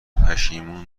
پشیمون